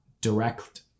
direct